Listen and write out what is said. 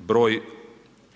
br.